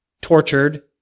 tortured